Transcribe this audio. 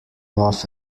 love